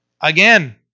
Again